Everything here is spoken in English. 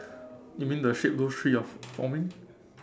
you mean the shape of those three are forming